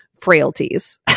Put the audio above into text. frailties